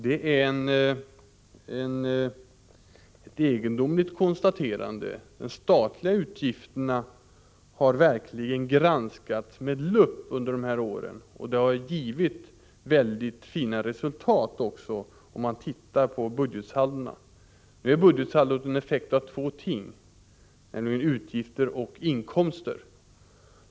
Det är ett egendomligt konstaterande. De statliga utgifterna har verkligen granskats med lupp under dessa år. Detta har givit mycket fina resultat, som man kan se på budgetsaldona. Nu är ju budgetsaldot en effekt av två ting: utgifter och inkomster.